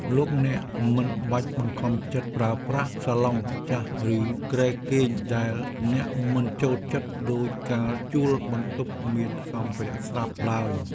លោកអ្នកមិនបាច់បង្ខំចិត្តប្រើប្រាស់សាឡុងចាស់ឬគ្រែគេងដែលអ្នកមិនចូលចិត្តដូចកាលជួលបន្ទប់មានសម្ភារៈស្រាប់ឡើយ។